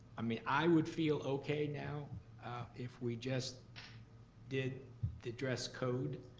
i mean, i would feel okay now if we just did the dress code,